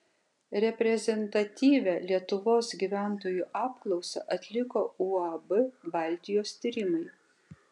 reprezentatyvią lietuvos gyventojų apklausą atliko uab baltijos tyrimai